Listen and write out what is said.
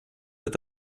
wird